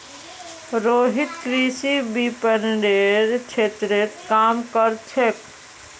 रोहित कृषि विपणनेर क्षेत्रत काम कर छेक